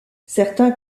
certains